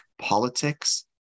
Politics